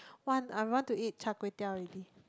want I want to eat char-kway-teow already